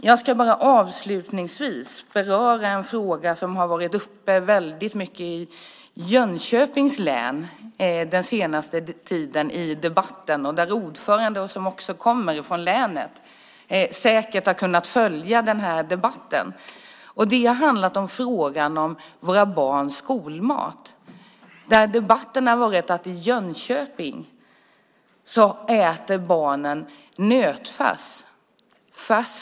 Jag ska avslutningsvis beröra en fråga som har varit uppe väldigt mycket i debatten i Jönköpings län den senaste tiden, och ordföranden som kommer från länet har säkert kunnat följa debatten. Det har handlat om våra barns skolmat. Debatten har gällt den nötfärs som barnen i Jönköping äter.